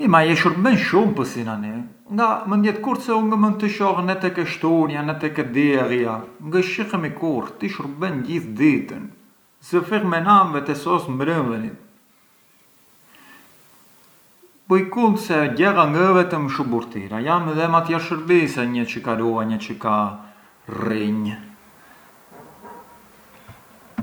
Mi ma je shurben shumë pë sinani, nga mënd jet kurrë se u ngë mënd të shoh ne tek e shtunia ne tek e diellja, ngë shihemi kurrë, ti shurben gjithë ditën, zë fill menanvet e sos mbrënvenit, buj kunt se gjella ngë ë vetëm shuburtir se jan tjerë shurbise çë një ka ruanj e ka rrinj.